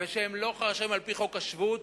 שהם לא רשאים על-פי חוק השבות,